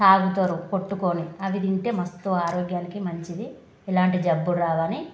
తాగుతారు కొట్టుకుని అవి తింటే మస్తు ఆరోగ్యానికి మంచిది ఎలాంటి జబ్బులు రావని